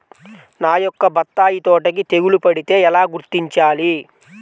నా యొక్క బత్తాయి తోటకి తెగులు పడితే ఎలా గుర్తించాలి?